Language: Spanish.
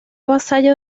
vasallo